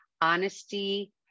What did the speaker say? honesty